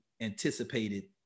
anticipated